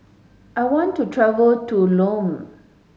I want to travel to Lome